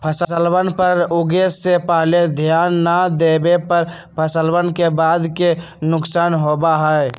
फसलवन पर उगे से पहले ध्यान ना देवे पर फसलवन के बाद के नुकसान होबा हई